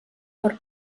per